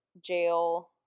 jail –